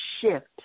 shift